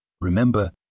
Remember